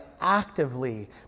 actively